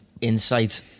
insight